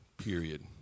period